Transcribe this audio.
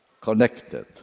connected